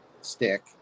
stick